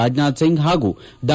ರಾಜನಾಥ್ ಸಿಂಗ್ ಹಾಗೂ ಡಾ